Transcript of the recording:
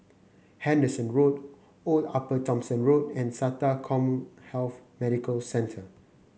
Henderson Road Old Upper Thomson Road and SATA CommHealth Medical Centre